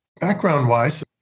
Background-wise